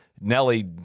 Nelly